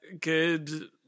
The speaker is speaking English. good